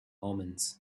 omens